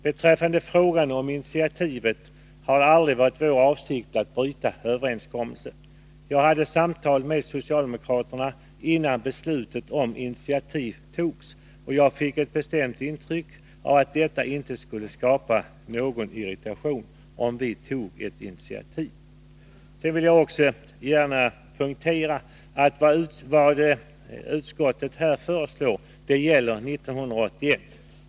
Beträffande frågan om initiativet har det aldrig varit vår avsikt att bryta överenskommelser. Jag hade samtal med socialdemokraterna innan beslutet om initiativ togs, och jag fick ett bestämt intryck av att det inte skulle skapa någon irritation om vi tog ett initiativ. Jag vill också gärna poängtera att det utskottsmajoriteten här föreslår gäller 1981.